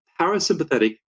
parasympathetic